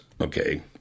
okay